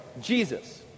Jesus